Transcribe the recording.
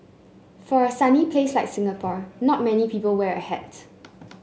for a sunny place like Singapore not many people wear a hat